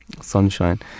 sunshine